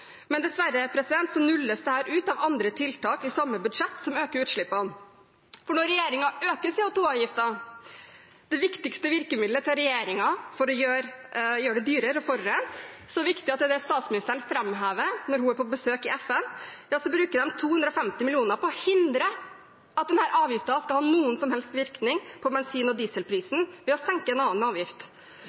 nulles dette ut av andre tiltak i samme budsjett som øker utslippene, for når regjeringen øker CO 2 -avgiften – det viktigste virkemidlet til regjeringen for å gjøre det dyrere å forurense, så viktig at det er det statsministeren framhever når hun er på besøk i FN – bruker de 250 mill. kr på å hindre at denne avgiften skal ha noen som helst virkning på bensin- og dieselprisen, ved å senke en annen avgift.